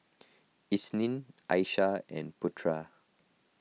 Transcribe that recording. Isnin Aishah and Putra